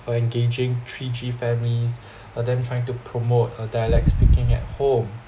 uh engaging three G families uh them trying to promote a dialect speaking at home